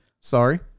Sorry